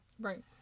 right